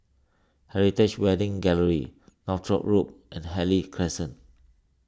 Heritage Wedding Gallery Northolt Road and Harvey Crescent